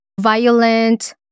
violent